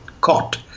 caught